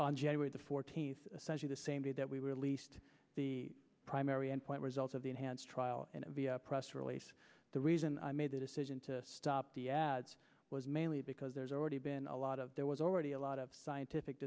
on january the fourteenth century the same day that we released the primary endpoint results of the enhanced trial and the press release the reason i made the decision to stop the ads was mainly because there's already been a lot of there was already a lot of scientific